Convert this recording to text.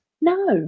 no